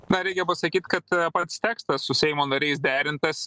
na reikia pasakyt kad pats tekstas su seimo nariais derintas